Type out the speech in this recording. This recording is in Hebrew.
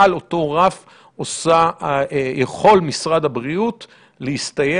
מעל אותו רף יכול משרד הבריאות להסתייע,